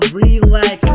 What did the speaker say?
relax